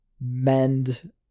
mend